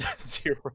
Zero